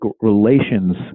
relations